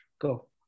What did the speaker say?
go